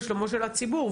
ושלומו של הציבור,